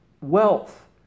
wealth